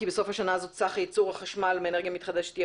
כי בסוף השנה הזאת סך ייצור החשמל מאנרגיה מתחדשת יהיה